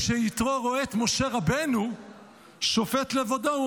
כשיתרו רואה את משה רבנו שופט לבדו הוא